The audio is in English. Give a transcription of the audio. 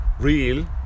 Real